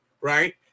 right